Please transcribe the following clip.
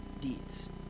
deeds